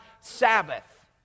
Sabbath